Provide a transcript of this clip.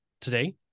today